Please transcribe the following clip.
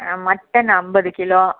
mutton ஐம்பது kilo